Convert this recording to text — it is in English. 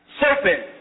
serpent